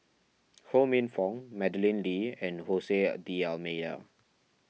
Ho Minfong Madeleine Lee and Jose D'Almeida